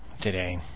today